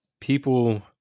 people